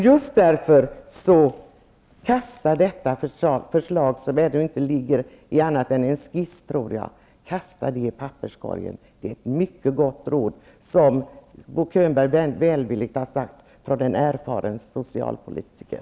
Just därför vill jag uppmana Bo Könberg att kasta detta förslag -- som jag tror ännu så länge bara existerar i form av en skiss -- i papperskorgen. Det är ett mycket gott råd från en -- som Bo Könberg välvilligt har sagt -- erfaren socialpolitiker.